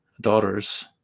daughters